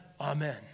Amen